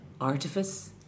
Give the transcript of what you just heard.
artifice